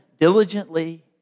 diligently